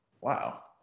wow